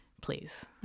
Please